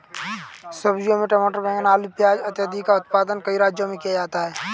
सब्जियों में टमाटर, बैंगन, आलू, प्याज इत्यादि का उत्पादन कई राज्यों में किया जाता है